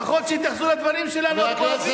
לפחות שיתייחסו לדברים שלנו, הכואבים.